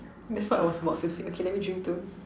that's what I was about to say okay let me drink too